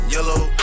Yellow